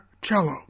cello